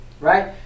right